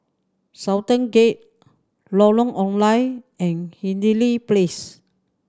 Sultan Gate Lorong Ong Lye and Hindhede Place